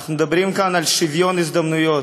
אנחנו מדברים כאן על שוויון הזדמנויות.